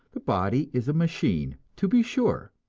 the body is a machine, to be sure,